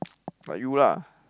like you lah